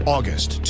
August